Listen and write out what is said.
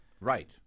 Right